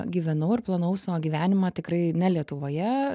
gyvenau ir planavau savo gyvenimą tikrai ne lietuvoje